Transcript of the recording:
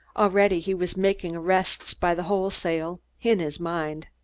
already, he was making arrests by the wholesale, in his mind.